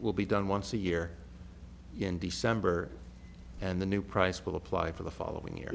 will be done once a year in december and the new price will apply for the following year